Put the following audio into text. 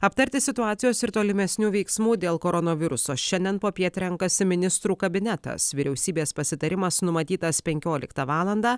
aptarti situacijos ir tolimesnių veiksmų dėl koronaviruso šiandien popiet renkasi ministrų kabinetas vyriausybės pasitarimas numatytas penkioliktą valandą